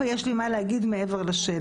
ויש לי מה להגיד מעבר לשאלה.